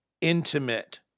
intimate